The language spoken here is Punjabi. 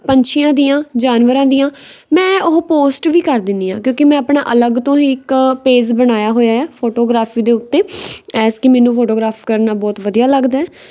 ਪੰਛੀਆਂ ਦੀਆਂ ਜਾਨਵਰਾਂ ਦੀਆਂ ਮੈਂ ਉਹ ਪੋਸਟ ਵੀ ਕਰ ਦਿੰਦੀ ਹਾਂ ਕਿਉਂਕਿ ਮੈਂ ਆਪਣਾ ਅਲੱਗ ਤੋਂ ਹੀ ਇੱਕ ਪੇਜ ਬਣਾਇਆ ਹੋਇਆ ਹੈ ਫੋਟੋਗ੍ਰਾਫੀ ਦੇ ਉੱਤੇ ਐਜ਼ ਕਿ ਮੈਨੂੰ ਫੋਟੋਗ੍ਰਾਫ ਕਰਨਾ ਬਹੁਤ ਵਧੀਆ ਲੱਗਦਾ